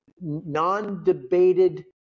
non-debated